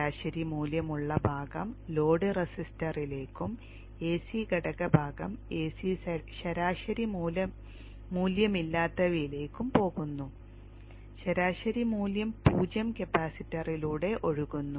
ശരാശരി മൂല്യമുള്ള ഭാഗം ലോഡ് റെസിസ്റ്ററിലേക്കും എസി ഘടകഭാഗം എസി ശരാശരി മൂല്യമില്ലാത്തവയിലേക്കും പോകുന്നു ശരാശരി മൂല്യം പൂജ്യം കപ്പാസിറ്ററിലൂടെ ഒഴുകുന്നു